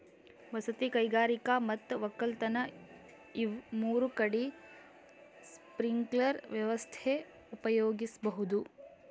ವಸತಿ ಕೈಗಾರಿಕಾ ಮತ್ ವಕ್ಕಲತನ್ ಇವ್ ಮೂರ್ ಕಡಿ ಸ್ಪ್ರಿಂಕ್ಲರ್ ವ್ಯವಸ್ಥೆ ಉಪಯೋಗಿಸ್ಬಹುದ್